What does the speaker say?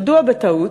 מדוע בטעות?